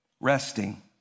Resting